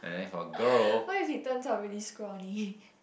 what if he turns up very scrawny